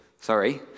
Sorry